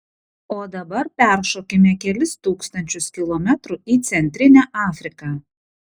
o dabar peršokime kelis tūkstančius kilometrų į centrinę afriką